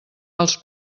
els